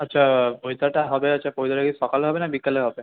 আচ্ছা পৈতেটা হবে হচ্ছে পৈতেটা কি সকালে হবে না বিকালে হবে